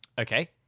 Okay